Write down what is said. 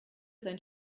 sein